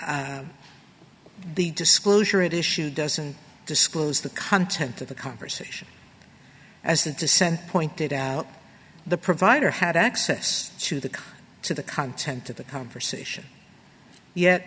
said the disclosure it issue doesn't disclose the content of the conversation as the dissent pointed out the provider had access to the to the content of the conversation yet